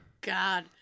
God